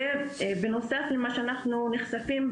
נכון,